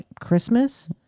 Christmas